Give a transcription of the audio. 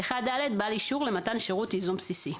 1ד.בעל אישור למתן שירות ייזום בסיסי".